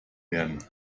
werden